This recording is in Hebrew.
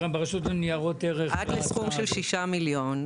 ברשות לניירות ערך --- עד לסכום של 6 מיליון ₪.